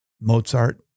Mozart